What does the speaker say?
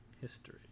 history